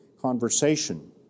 conversation